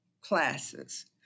classes